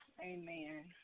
Amen